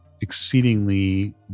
exceedingly